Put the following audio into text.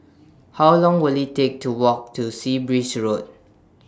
How Long Will IT Take to Walk to Sea Breeze Road